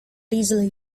easily